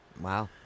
Wow